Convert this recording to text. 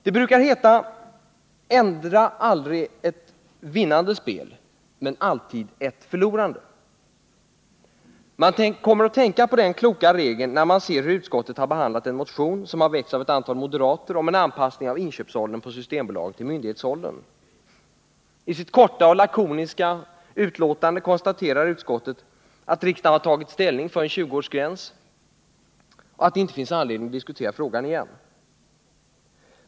Det brukar heta att man aldrig skall ändra ett vinnande spel men alltid ett förlorande. Man kommer att tänka på den kloka regeln när man ser hur utskottet har behandlat den motion som väckts av ett antal moderater om en anpassning av inköpsålder på Systembolaget till myndighetsåldern. I sitt korta och lakoniska betänkande konstaterar utskottet att riksdagen har tagit ställning för en 20-årsgräns och att det inte finns någon anledning att diskutera frågan igen.